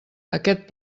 aquest